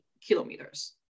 kilometers